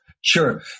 Sure